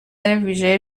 ویژه